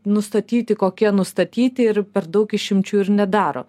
nustatyti kokie nustatyti ir per daug išimčių ir nedaro